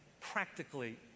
Practically